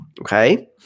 okay